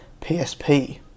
PSP